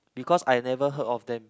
because I never heard of them